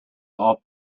off